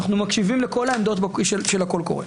אנחנו מקשיבים לכל העמדות של הקול הקורא.